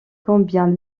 combien